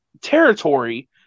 territory